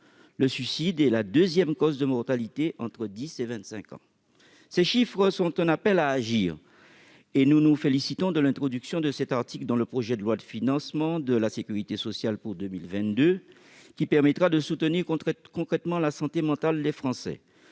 le suicide est la deuxième cause de mortalité entre 10 et 25 ans. Ces chiffres sont un appel à agir et nous nous félicitons de l'introduction de cet article dans le projet de loi de financement de la sécurité sociale pour 2022, qui permettra de soutenir concrètement la santé mentale des Français.